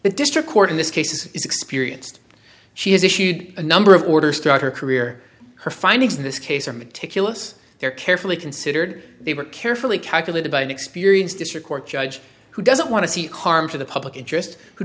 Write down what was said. the district court in this case is experienced she has issued a number of orders throughout her career her findings in this case are meticulous they are carefully considered they were carefully calculated by an experienced district court judge who doesn't want to see harm to the public interest who